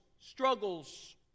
struggles